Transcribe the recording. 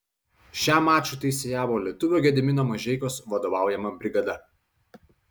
šiam mačui teisėjavo lietuvio gedimino mažeikos vadovaujama brigada